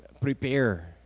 prepare